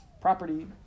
property